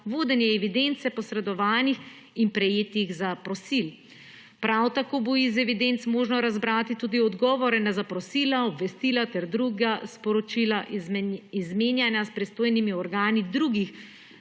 vodenje evidence posredovanih in prejetih zaprosil. Prav tako bo iz evidenc možno razbrati tudi odgovore na zaprosila, obvestila ter druga sporočila izmenjana s pristojnimi organi drugih